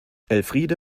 elfriede